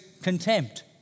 Contempt